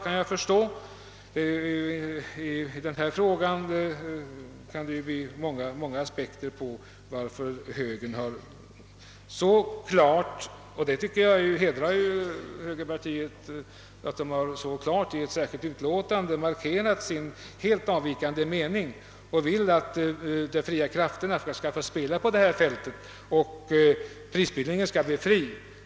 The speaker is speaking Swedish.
Det finns ju många aspekter på frågan varför högern så klart — det tycker jag dock hedrar högerpartiet — i ett särskilt yttrande markerat sin helt avvikande mening och hävdat att de fria krafterna skall få spela på fältet och att prisbildningen skall bli fri.